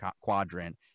quadrant